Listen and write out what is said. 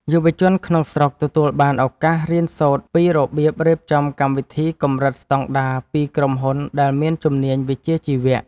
យុវជនក្នុងស្រុកទទួលបានឱកាសរៀនសូត្រពីរបៀបរៀបចំកម្មវិធីកម្រិតស្តង់ដារពីក្រុមហ៊ុនដែលមានជំនាញវិជ្ជាជីវៈ។